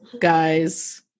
guys